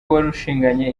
warushinganye